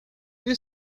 you